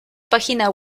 página